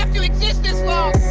um to exist this long.